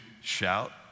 shout